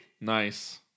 Nice